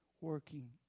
working